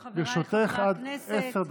בבקשה, לרשותך עד עשר דקות.